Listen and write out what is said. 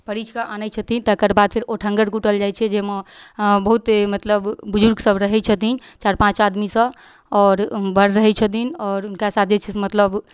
परिछकऽ आनै छथिन तकरबाद फेर ओठङ्गर कूटल जाइ छै जाहिमे बहुते मतलब बुजुर्गसब रहै छथिन चारि पाँच आदमीसँ आओर वर रहै छथिन आओर हुनका साथ जे छै से मतलब